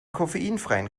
koffeinfreien